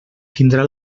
tindrà